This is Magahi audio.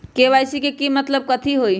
के.वाई.सी के मतलब कथी होई?